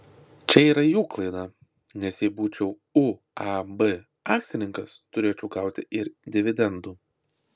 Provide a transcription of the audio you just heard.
čia yra jų klaida nes jei būčiau uab akcininkas turėčiau gauti ir dividendų